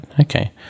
okay